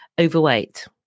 overweight